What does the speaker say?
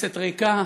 כנסת ריקה,